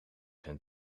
zijn